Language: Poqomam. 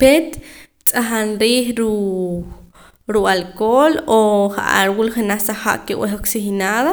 Peet tz'ajam riij ruu' ru alcohol o ja'ar wul jenaj sa ha' ke b'eh oxigenada